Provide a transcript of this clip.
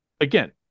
again